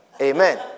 Amen